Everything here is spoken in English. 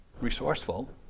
resourceful